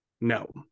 No